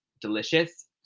delicious